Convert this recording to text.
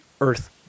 earth